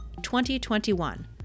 2021